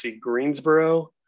Greensboro